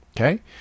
Okay